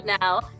now